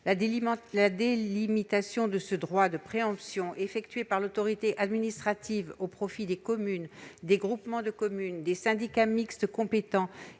La délimitation de ce droit de préemption, effectuée par l'autorité administrative au profit des communes, des groupements de communes, des syndicats mixtes compétents